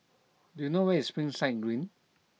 do you know where is Springside Green